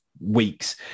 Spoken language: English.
weeks